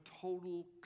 total